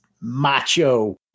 macho